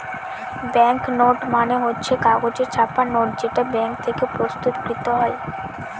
bank note মানে হচ্ছে কাগজে ছাপা নোট যেটা ব্যাঙ্ক থেকে প্রস্তুত কৃত হয়